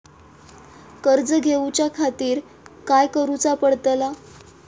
कर्ज घेऊच्या खातीर काय करुचा पडतला?